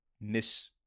Miss